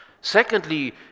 Secondly